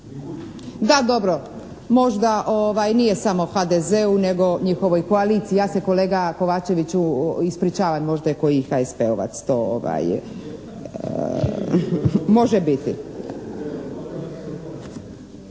Da, dobro, možda nije samo HDZ-u nego njihovoj koaliciji. Ja se kolega Kovačeviću ispričavam, možda je koji HSP-ovac, to može biti.